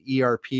ERP